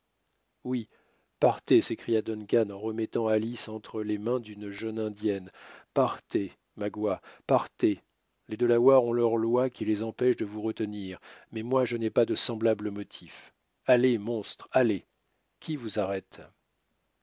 oui partez s'écria duncan en remettant alice entre les mains d'une jeune indienne partez magua partez les delawares ont leurs lois qui les empêchent de vous retenir mais moi je n'ai pas de semblable motif allez monstre allez qui vous arrête